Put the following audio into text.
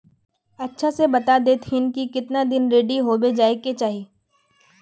अच्छा से बता देतहिन की कीतना दिन रेडी होबे जाय के चही?